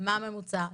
מה הממוצע,